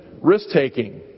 risk-taking